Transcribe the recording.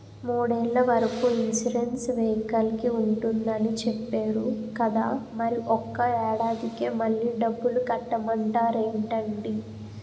మూడేళ్ల వరకు ఇన్సురెన్సు వెహికల్కి ఉంటుందని చెప్పేరు కదా మరి ఒక్క ఏడాదికే మళ్ళి డబ్బులు కట్టమంటారేంటండీ?